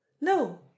no